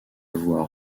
voix